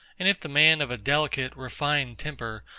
and if the man of a delicate, refined temper,